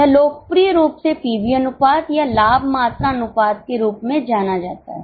यह लोकप्रिय रूप से पीवी अनुपात या लाभ मात्रा अनुपात के रूप में जाना जाता है